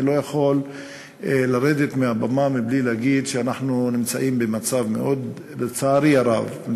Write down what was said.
אני לא יכול לרדת מהבמה בלי להגיד שלצערי הרב אנחנו